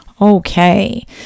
Okay